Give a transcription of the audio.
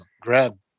grab